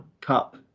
Cup